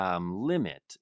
limit